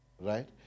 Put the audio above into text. right